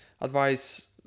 advice